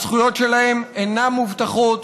הזכויות שלהם אינם מובטחות.